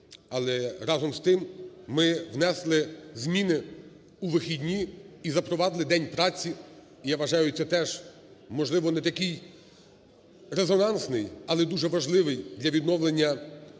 Але, разом з тим, ми внесли зміни у вихідні і запровадили день праці. Я вважаю, це теж, можливо, не такий резонансний, але дуже важливий для відновлення